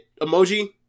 emoji